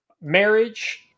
marriage